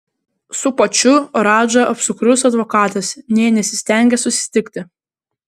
su pačiu radža apsukrus advokatas nė nesistengė susitikti